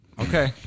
Okay